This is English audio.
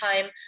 time